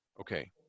Okay